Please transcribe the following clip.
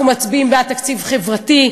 אנחנו מצביעים בעד תקציב חברתי,